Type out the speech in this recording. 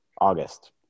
august